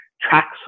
Tracks